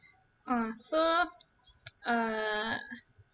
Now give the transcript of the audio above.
uh so err